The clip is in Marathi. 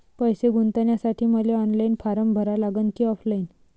पैसे गुंतन्यासाठी मले ऑनलाईन फारम भरा लागन की ऑफलाईन?